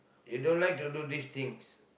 you don't like to do these things